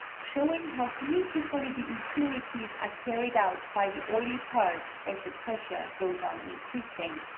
show ing how beautifully the impurities are carried out by the oily part as the pressure goes on in creasing,